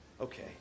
Okay